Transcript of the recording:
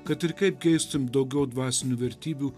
kad ir kaip keistum daugiau dvasinių vertybių